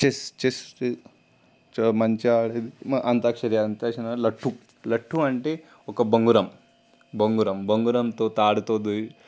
chess chess చాలా మంచిగా ఆడేది మ అంత్యాక్షరి అంత్యాక్షరి తర్వాత లట్టు లట్టు అంటే ఒక బొంగరం బొంగరం బొంగరంతో తాడుతో దూయి